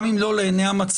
גם אם לא לעיני המצלמות,